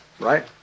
Right